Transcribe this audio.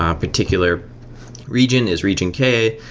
um particular region is region k,